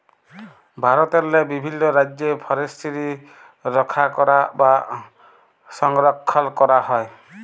ভারতেরলে বিভিল্ল রাজ্যে ফরেসটিরি রখ্যা ক্যরা বা সংরখ্খল ক্যরা হয়